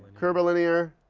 curvilinear.